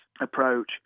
approach